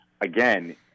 again